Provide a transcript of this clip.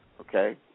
okay